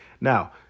Now